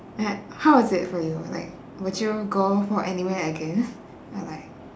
like how is it for you like would you go for anywhere again or like